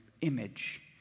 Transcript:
image